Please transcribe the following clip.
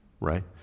Right